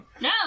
No